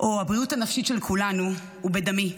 או הבריאות הנפשית של כולנו הוא בדמי,